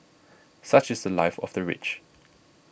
such is the Life of the rich